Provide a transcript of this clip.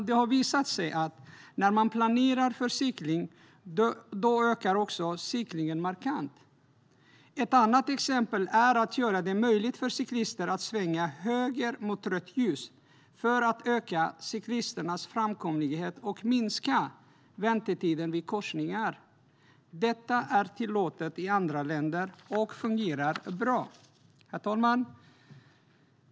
Det har visat sig att när man planerar för cykling ökar också cyklingen markant. Ett annat exempel är att göra det möjligt för cyklister att svänga höger mot rött ljus för att öka cyklisternas framkomlighet och minska väntetiden vid korsningar. Detta är tillåtet i andra länder och fungerar bra. Herr talman!